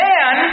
Man